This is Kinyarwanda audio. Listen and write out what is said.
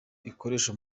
ikoresha